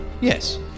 Yes